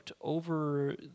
over